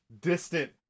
distant